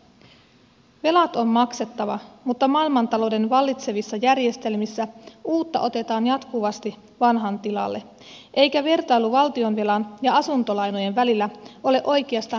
velat on maksettava mutta maailmantalouden vallitsevissa järjestelmissä uutta otetaan jatkuvasti vanhan tilalle eikä vertailu valtionvelan ja asuntolainojen välillä ole oikeastaan edes mahdollista